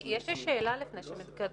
יש לי שאלה לפני שמתקדמים.